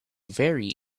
very